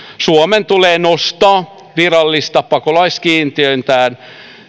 suomen tulee nostaa virallista pakolaiskiintiötään